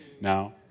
Now